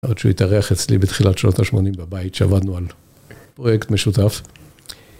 עד שהוא התארח אצלי בתחילת שנות ה-80 בבית, שעבדנו על פרויקט משותף.